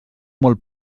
molt